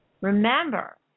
Remember